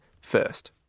first